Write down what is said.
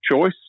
choice